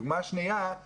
דוגמה שנייה היא